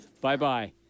Bye-bye